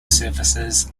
services